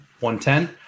110